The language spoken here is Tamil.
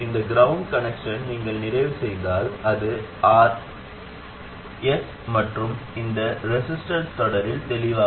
இந்த கிரவுண்ட் கனெக்ஷனை நீங்கள் நிறைவு செய்தால் அது Rs மற்றும் இந்த ரெசிஸ்டன்ஸ் தொடரில் தெளிவாகத் தெரியும்